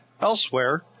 Elsewhere